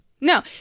No